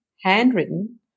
handwritten